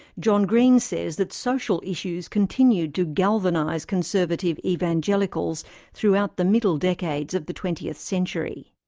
john green says that social issues continued to galvanise conservative evangelicals throughout the middle decades of the twentieth century.